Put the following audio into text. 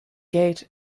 gate